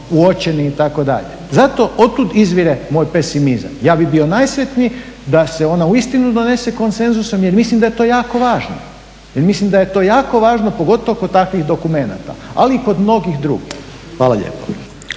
uočeni itd. Zato otud izvire moj pesimizam. Ja bih bio najsretniji da se ona uistinu donese konsenzusom jer mislim da je to jako važno, jer mislim da je to jako važno pogotovo kod takvih dokumenata ali i kod mnogih drugih. Hvala lijepo.